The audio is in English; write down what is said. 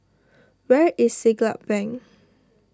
where is Siglap Bank